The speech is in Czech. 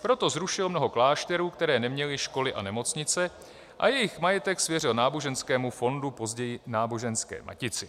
Proto zrušil mnoho klášterů, které neměly školy a nemocnice, a jejich majetek svěřil náboženskému fondu, později Náboženské matici.